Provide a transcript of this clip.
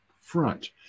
front